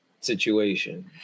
situation